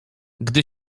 gdy